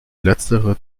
letztere